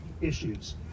issues